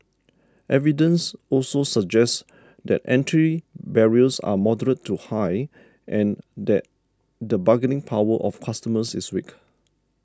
evidence also suggests that entry barriers are moderate to high and that the bargaining power of customers is weak